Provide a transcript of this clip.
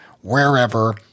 wherever